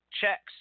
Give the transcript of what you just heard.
checks